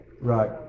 Right